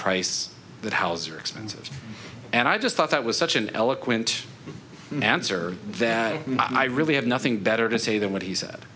price that house are expensive and i just thought that was such an eloquent answer that i really have nothing better to say than what he said